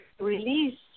release